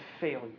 failure